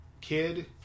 kid